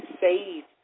saved